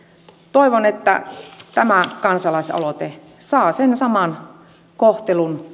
toivon että tämä kansalaisaloite saa sen saman kohtelun